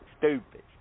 stupid